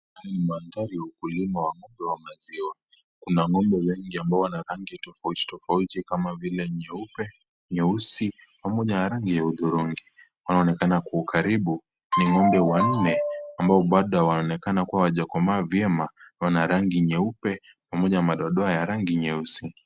Ni manthari ya ukulima wa ngombe ya maziwa kuna ngombe wengi ambao wana rangi tofauti tofauti kama vile kuna nyeupe, nyeusi pamoja na rangi ya udhurungi wanaoonekana kwa ukaribu ni ngombe ambao bado wanaonekana hawajakomaa ni nyeupe pamoja na madoadoa ya rangi nyeusi.